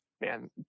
man